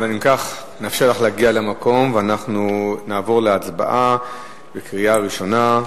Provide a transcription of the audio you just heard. נאפשר לך להגיע למקום ונעבור להצבעה בקריאה ראשונה.